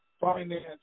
finance